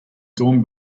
dorm